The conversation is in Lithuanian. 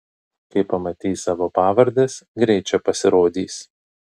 kai pamatys savo pavardes greit čia pasirodys